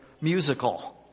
musical